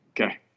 Okay